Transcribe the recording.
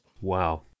Wow